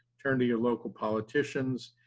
turn to your local politicians,